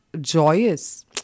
joyous